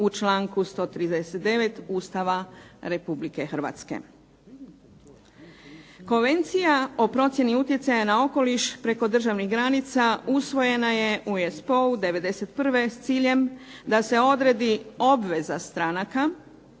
u članku 139. Ustava Republike Hrvatske. Konvencija o procjeni utjecaja na okoliš preko državnih granica usvojena je u ESPO-u '91. s ciljem da se odredi obveza stranaka